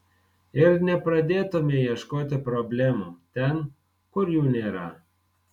ir nepradėtumei ieškoti problemų ten kur jų nėra